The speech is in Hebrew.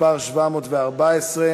חבר הכנסת אבו עראר,